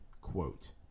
quote